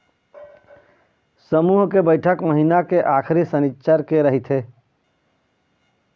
समूह के बइठक महिना के आखरी सनिच्चर के रहिथे